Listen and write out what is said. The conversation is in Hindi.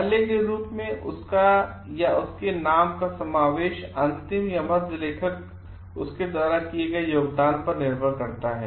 पहले के रूप में उसका या उसके नाम का समावेश अंतिम या मध्य लेखक उसके द्वारा दिए गए योगदान पर निर्भर करता है